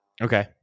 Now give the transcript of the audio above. Okay